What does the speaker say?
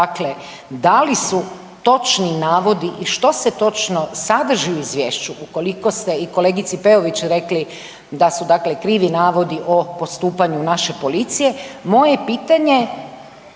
dakle, da li su točni navodi i što se točno sadrži u Izvješću ukoliko ste i kolegici Peović rekli da su dakle krivi navodi o postupanju naše policije, moje pitanje,